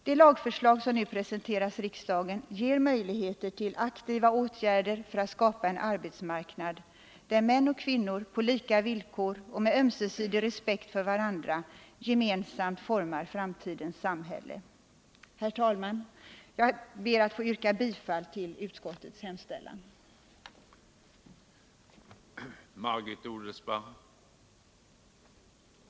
Det lagförslag som nu presenteras riksdagen ger möjligheter till aktiva åtgärder för att skapa en arbetsmarknad där män och kvinnor på lika villkor och med ömsesidig respekt för varandra gemensamt formar framtidens Herr talman! Jag ber att få yrka bifall till utskottets hemställan. Torsdagen den